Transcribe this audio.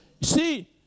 See